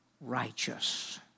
righteous